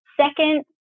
Second